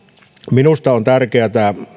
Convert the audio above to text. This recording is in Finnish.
minusta on tärkeätä